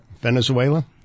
Venezuela